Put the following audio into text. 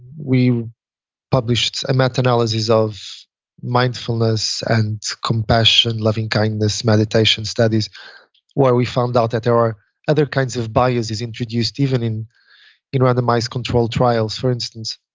we published a meta analysis of mindfulness and compassion, love, and kindness meditation studies where we found out that there are other kinds of bodies is introduced even in in randomized controlled trials for instance,